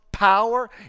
Power